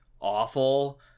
awful